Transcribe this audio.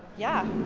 yeah,